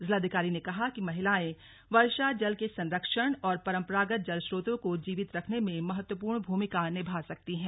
जिलाधिकारी ने कहा कि महिलाएं वर्षा जल के संरक्षण और परम्परागत जल स्रोतों को जीवित रखने में महत्वपूर्ण भूमिका निभा सकती हैं